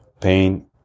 pain